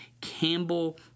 Campbell